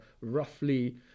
roughly